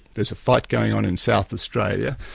there's a fight going on in south australia,